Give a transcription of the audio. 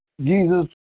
Jesus